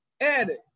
edit